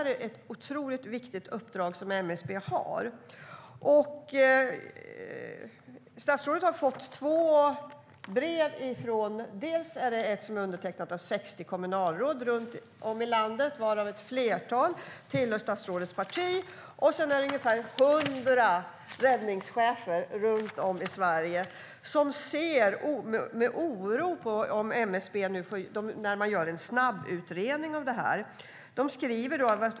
Det är ett otroligt viktigt uppdrag som MSB har. Statsrådet har fått två brev, som jag visar upp för kammarens ledamöter. Ett är undertecknat av 60 kommunalråd runt om i landet, varav ett flertal tillhör statsrådets parti. Det andra brevet kommer från ungefär 100 räddningschefer runt om i Sverige som ser med oro på MSB:s snabbutredning.